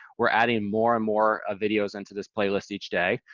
we're adding more and more ah videos into this playlist each day,